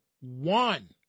one